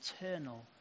eternal